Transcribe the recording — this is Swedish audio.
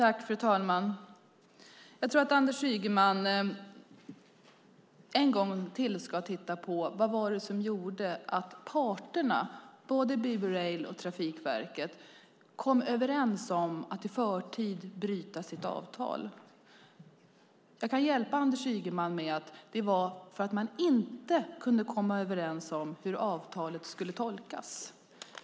Fru talman! Jag tror att Anders Ygeman ännu en gång ska titta på vad det var som gjorde att parterna, både BB Rail och Trafikverket, kom överens om att i förtid bryta sitt avtal. Jag kan hjälpa Anders Ygeman: Det var för att man inte kunde komma överens om hur avtalet skulle tolkas.